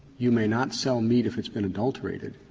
you may not sell meat if it's been adulterated.